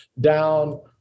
down